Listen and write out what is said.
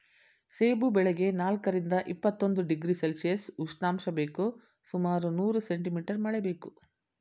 ಸೇಬು ಬೆಳೆಗೆ ನಾಲ್ಕರಿಂದ ಇಪ್ಪತ್ತೊಂದು ಡಿಗ್ರಿ ಸೆಲ್ಶಿಯಸ್ ಉಷ್ಣಾಂಶ ಬೇಕು ಸುಮಾರು ನೂರು ಸೆಂಟಿ ಮೀಟರ್ ಮಳೆ ಬೇಕು